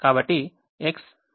కాబట్టి X11 1